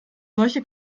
solche